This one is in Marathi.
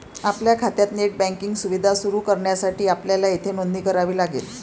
आपल्या खात्यात नेट बँकिंग सुविधा सुरू करण्यासाठी आपल्याला येथे नोंदणी करावी लागेल